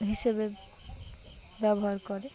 হিসেবে ব্যবহার করে